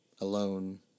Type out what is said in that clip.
alone